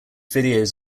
videos